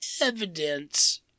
evidence